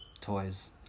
toys